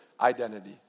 identity